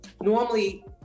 normally